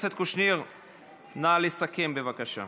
נא לסכם, בבקשה.